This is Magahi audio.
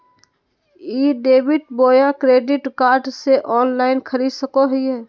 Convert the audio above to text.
ई डेबिट बोया क्रेडिट कार्ड से ऑनलाइन खरीद सको हिए?